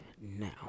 now